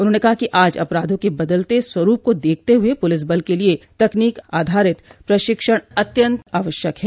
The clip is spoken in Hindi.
उन्होंने कहा कि आज अपराधों के बदलते स्वरूप को देखते हुए पुलिस बल के लिये तकनीक आधारित प्रशिक्षण अत्यन्त आवश्यक है